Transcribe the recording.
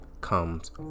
comes